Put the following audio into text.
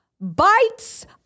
bites